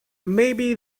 maybe